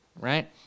right